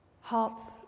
Hearts